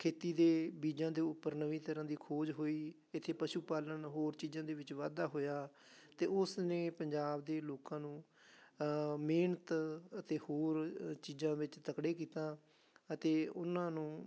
ਖੇਤੀ ਦੇ ਬੀਜਾਂ ਦੇ ਉੱਪਰ ਨਵੀਂ ਤਰ੍ਹਾਂ ਦੀ ਖੋਜ ਹੋਈ ਇੱਥੇ ਪਸ਼ੂ ਪਾਲਣ ਹੋਰ ਚੀਜ਼ਾਂ ਦੇ ਵਿੱਚ ਵਾਧਾ ਹੋਇਆ ਅਤੇ ਉਸ ਨੇ ਪੰਜਾਬ ਦੇ ਲੋਕਾਂ ਨੂੰ ਮਿਹਨਤ ਅਤੇ ਹੋਰ ਚੀਜ਼ਾਂ ਵਿੱਚ ਤਕੜੇ ਕੀਤਾ ਅਤੇ ਉਹਨਾਂ ਨੂੰ